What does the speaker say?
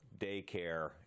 daycare